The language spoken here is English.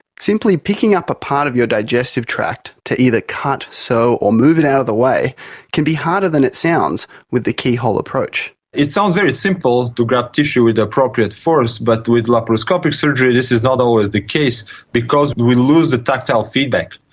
simply picking up a part of your digestive tract to either cut, sew or move it out of the way can be harder than it sounds with the keyhole approach. it sounds very simple to grab tissue with appropriate force, but with laparoscopic surgery this is not always the case because we lose the tactile feedback.